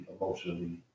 emotionally